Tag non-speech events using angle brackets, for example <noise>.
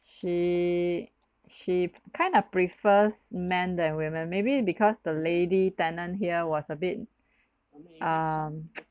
she she kind of prefers men than women maybe because the lady tenant here was a bit um <noise>